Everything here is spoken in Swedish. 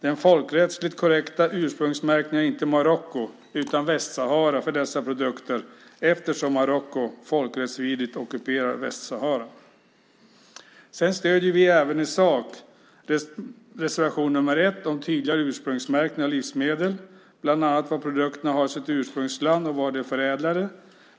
Den folkrättsligt korrekta ursprungsmärkningen för dessa produkter är alltså inte Marocko utan Västsahara, eftersom Marocko folkrättsvidrigt ockuperar Västsahara. Vi stöder i sak även reservation nr 1 om tydligare ursprungsmärkning av livsmedel, bland annat produkternas ursprungsland och var de är förädlade.